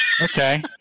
Okay